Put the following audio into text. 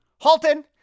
Halton